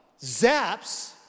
zaps